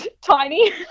tiny